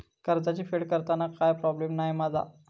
कर्जाची फेड करताना काय प्रोब्लेम नाय मा जा?